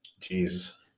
Jesus